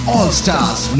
All-Stars